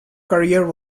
career